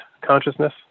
consciousness